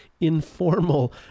informal